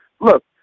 look